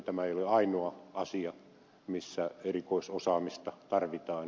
tämä ei ole ainoa asia missä erikoisosaamista tarvitaan